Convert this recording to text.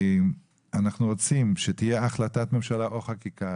אנחנו רוצים שתהיה החלטת ממשלה או חקיקה